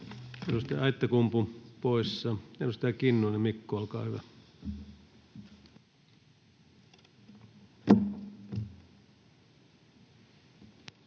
Edustaja Aittakumpu, poissa. — Edustaja Kinnunen, Mikko, olkaa hyvä.